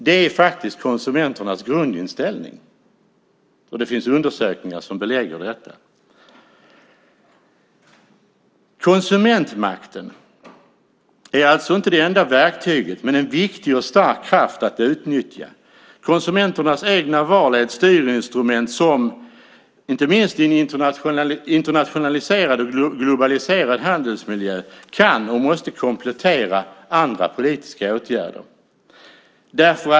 Det är konsumenternas grundinställning. Det finns undersökningar som belägger detta. Konsumentmakten är alltså inte det enda verktyget men en viktig och stark kraft att utnyttja. Konsumenternas egna val är ett styrinstrument som inte minst i en internationaliserad och globaliserad handelsmiljö kan och måste komplettera politiska åtgärder.